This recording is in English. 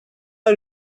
are